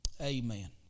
Amen